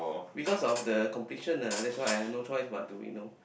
because of the completion ah that's why I have no choice but to you know